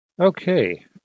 Okay